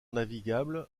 navigable